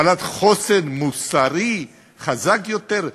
בעלת חוסן מוסרי חזק יותר?